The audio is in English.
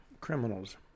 criminals